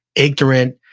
ignorant,